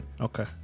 Okay